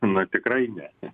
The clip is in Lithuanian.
nu tikrai ne